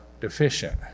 deficient